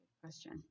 question